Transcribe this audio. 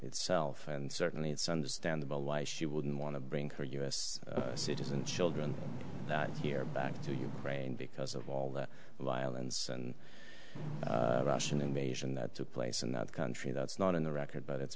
itself and certainly it's understandable why she wouldn't want to bring her u s citizen children here back to your brain because of all the violence and russian invasion that took place in that country that's not in the record but it's